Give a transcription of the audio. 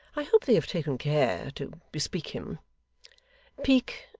i hope they have taken care to bespeak him peak,